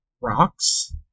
rocks